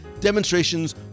demonstrations